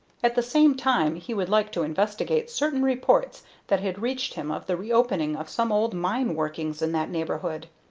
at the same time he would like to investigate certain reports that had reached him of the reopening of some old mine-workings in that neighborhood.